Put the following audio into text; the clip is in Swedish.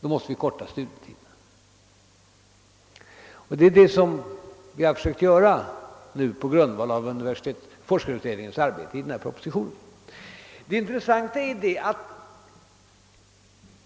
Då måste vi korta studietiderna. Det är detta som vi nu försökt göra i denna proposition på grundval av forskarutredningens arbete. Det intressanta är att